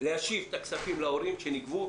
להשיב להורים את הכספים שנגבו,